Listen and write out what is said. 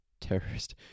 terrorist